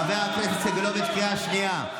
חבר הכנסת סגלוביץ', קריאה שנייה.